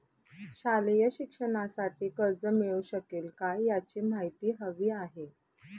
शालेय शिक्षणासाठी कर्ज मिळू शकेल काय? याची माहिती हवी आहे